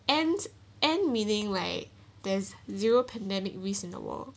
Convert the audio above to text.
ends end meaning like there's zero pandemic risk in the world